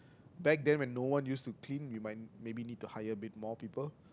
back then when no one used to clean we might maybe need to hire a bit more people